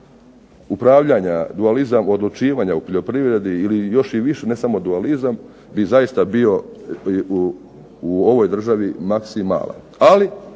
upravljanja, dualizam odlučivanja u poljoprivredi ili još i više, ne samo dualizam bi zaista bio u ovoj državi maksimala,